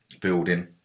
building